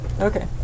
Okay